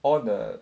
all the